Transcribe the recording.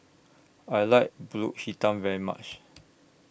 I like Pulut Hitam very much